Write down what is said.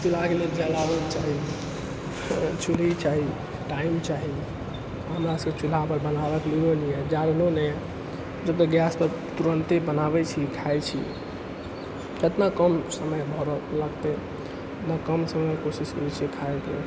चूल्हाके लेल जलाबन चाही चूल्ही चाही टाइम चाही हमरा सभके चूल्हापर बनाबैके लुइरो नहिए जाड़नो नहिए जब तक गैसपर तुरन्ते बनाबै छी खाइ छी एतना कम समय भरैके लागतै उतना कम समयमे कोशिश करै छियै खाइके